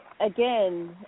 again